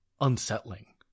unsettling